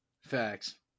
Facts